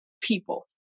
people